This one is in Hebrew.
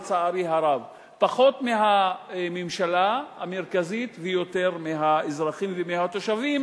לצערי הרב: פחות מהממשלה המרכזית ויותר מהאזרחים ומהתושבים